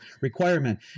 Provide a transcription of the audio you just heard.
requirement